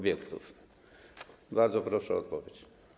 Bardzo proszę o odpowiedź.